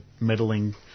meddling